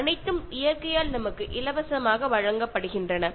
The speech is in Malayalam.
ഇവയൊക്കെ പ്രകൃതി നമുക്ക് ഫ്രീ ആയി തന്നതാണ്